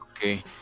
okay